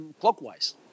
clockwise